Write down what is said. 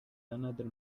another